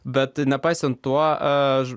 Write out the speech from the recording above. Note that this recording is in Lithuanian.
bet nepaisant to aš